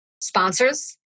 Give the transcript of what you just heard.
sponsors